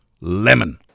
Lemon